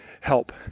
help